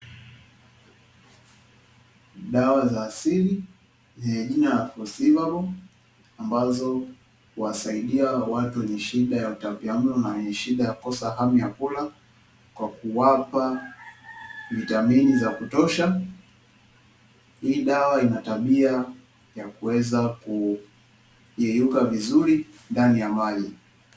Dawa za asili yenye jina la "konsivabo" ambazo wasaidia watu wenye shida ya utapiamlo na ni shida ya kukosa hamu ya kula, kwa kuwapa vitamini za kutosha. Hii ina tabia ya kuweza kuyeyuka vizuri ndani ya maji.